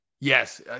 yes